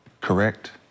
correct